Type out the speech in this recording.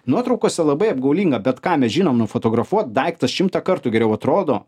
nuotraukose labai apgaulinga bet ką mes žinom nufotografuot daiktas šimtą kartų geriau atrodo